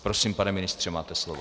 Prosím, pane ministře, máte slovo.